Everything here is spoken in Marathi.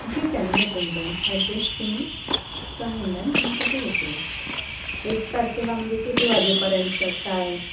ठीक आहे ना भेटून जाईल ॲड्रेस तुम्ही सांगून द्याल मग तसं हे करू एक तारखेला म्हणजे किती वाजेपर्यंत काय